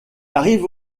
arrive